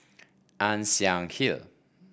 Ann Siang Hill